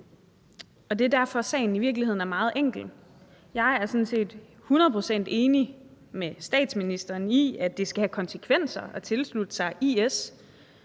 Det er derfor, at sagen i virkeligheden er meget enkel. Jeg er sådan set hundrede procent enig med statsministeren i, at det skal have konsekvenser at tilslutte sig IS.